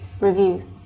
review